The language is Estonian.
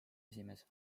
esimees